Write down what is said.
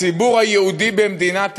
הציבור היהודי במדינת ישראל,